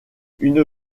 une